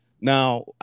Now